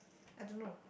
I don't know